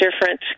different